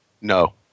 No